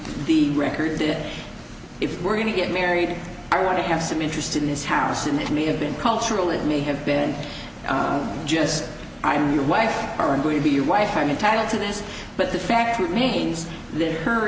the record did if we're going to get married i want to have some interest in this house and it may have been cultural it may have been just i am your wife aren't going to be your wife i'm entitled to this but the fact remains that her